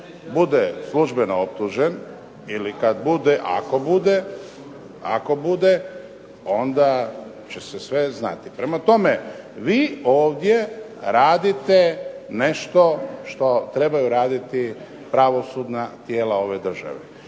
bude službeno optužen ili kad bude, ako bude, onda će se sve znati. Prema tome, vi ovdje radite nešto što trebaju raditi pravosudna tijela ove države.